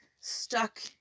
stuck